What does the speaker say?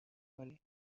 کنی